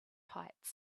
heights